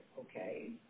okay